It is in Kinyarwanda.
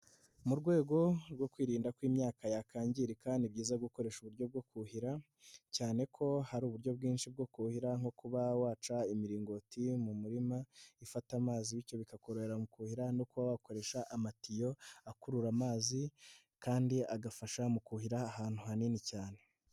Mu rwego rwo kwirinda kw'imyaka yakangirika, ni byiza gukoresha uburyo bwo kuhira cyane ko hari uburyo bwinshi bwo kuhira nko kuba waca imiringoti yo mu murima, ifata amazi bityo bikakorora mu kuhira no kuba wakoresha amatiyo, akurura amazi kandi agafasha mu kuhira ahantu hanini cyane.